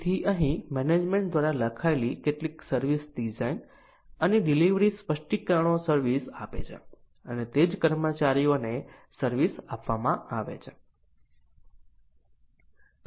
તેથી અહીં મેનેજમેન્ટ દ્વારા લખાયેલી કેટલીક સર્વિસ ડિઝાઇન અને ડિલિવરી સ્પષ્ટીકરણો સર્વિસ આપે છે અને તે જ કર્મચારીઓને સર્વિસ આપવામાં આવે છે